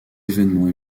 évènements